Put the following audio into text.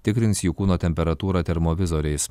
tikrins jų kūno temperatūrą termovizoriais